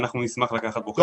ואנחנו נשמח לקחת בו חלק.